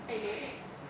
!aiyo!